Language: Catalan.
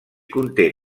conté